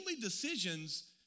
decisions